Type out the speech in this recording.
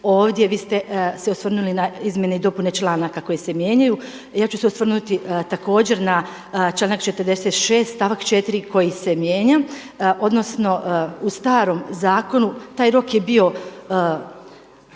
ovdje, vi ste se osvrnuli na izmjene i dopune članaka koje se mijenjaju. Ja ću se osvrnuti također na članak 46. stavak 4. koji se mijenja, odnosno u starom zakonu taj rok je bio,